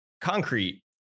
concrete